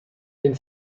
den